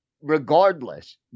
regardless